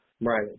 Right